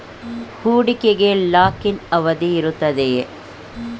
ಹೂಡಿಕೆಗೆ lock in ಅವಧಿ ಇರುತ್ತದೆಯೇ?